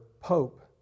pope